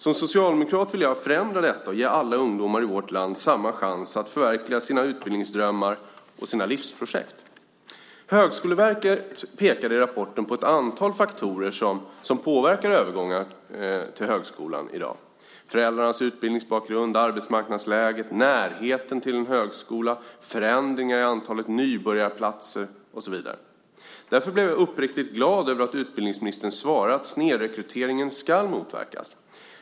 Som socialdemokrat vill jag förändra detta och ge alla ungdomar i vårt land samma chans att förverkliga sina utbildningsdrömmar och sina livsprojekt. Högskoleverket pekade i rapporten på ett antal faktorer som påverkar övergångar till högskolan i dag, föräldrarnas utbildningsbakgrund, arbetsmarknadsläget, närheten till en högskola, förändringar i antalet nybörjarplatser och så vidare. Därför blev jag uppriktigt glad över att utbildningsministern svarar att snedrekryteringen ska motverkas.